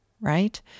right